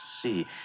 see